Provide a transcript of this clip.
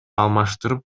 алмаштырып